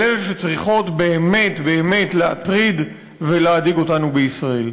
על אלה שצריכות באמת באמת להטריד ולהדאיג אותנו בישראל.